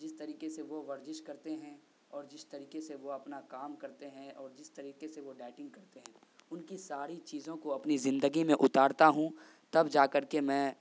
جس طریقے سے وہ ورجش کرتے ہیں اور جس طریقے سے وہ اپنا کام کرتے ہیں اور جس طریقے سے وہ ڈائٹنگ کرتے ہیں ان کی ساری چیزوں کو اپنی زندگی میں اتارتا ہوں تب جا کر کے میں